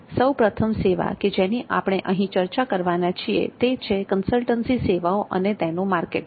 સૌપ્રથમ વ્યવસાયિક સેવા કે જેની આપણે અહીં ચર્ચા કરવાના છીએ તે છે કન્સલ્ટન્સી સેવાઓ અને તેનું માર્કેટિંગ